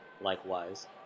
likewise